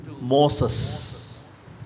Moses